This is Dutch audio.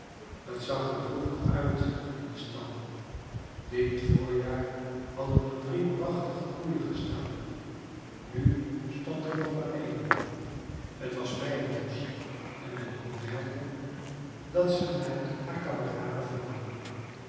t zag er droevig uit in den stal dit voorjaar hadden er drie prachtige koeien gestaan nu stond er nog maar één t was meiroos en men kon merken dat ze naar haar kameraden verlangde